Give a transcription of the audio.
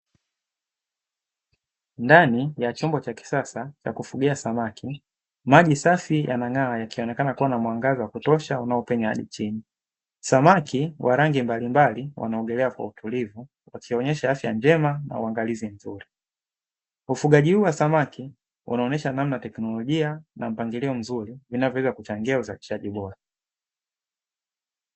Ndani ya chombo cha kisasa cha kufugia samaki maji safi yanang’ara yakionekana kuwa na mwangaza wa kutosha unaopenya hadi chini, samaki wa rangi mbalimbali wanaogelea kwa utulivu wakionyesha afya njema na uangalizi mzuri, ufugaji huu wa kisasa unaonyesha namna ya teknolojia na mpangilio mzuri vinavyoweza kuchangia uzalishaji bora.